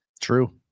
True